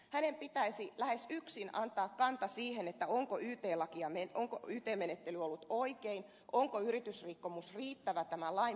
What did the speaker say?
hänen pitäisi lähes yksin antaa kanta siihen onko yt menettely ollut oikein onko yritysrikkomus riittävä tämän lain puitteissa